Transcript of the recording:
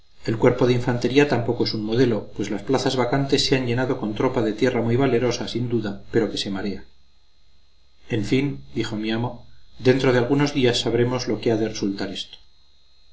el cuerpo de infantería tampoco es un modelo pues las plazas vacantes se han llenado con tropa de tierra muy valerosa sin duda pero que se marea en fin dijo mi amo dentro de algunos días sabremos lo que ha de resultar de esto